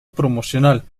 promocional